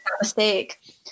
mistake